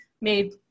made